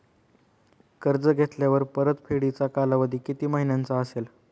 कर्ज घेतल्यावर परतफेडीचा कालावधी किती महिन्यांचा असेल?